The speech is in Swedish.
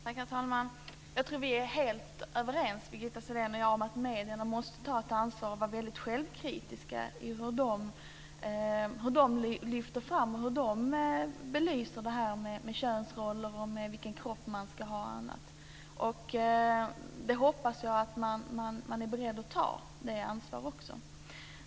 Herr talman! Jag tror att vi är helt överens, Birgitta Sellén och jag, om att medierna måste ta ett ansvar och vara väldigt självkritiska när det gäller hur de lyfter fram och belyser könsroller, vilken kropp man ska ha och annat. Jag hoppas att man är beredd att ta det ansvaret.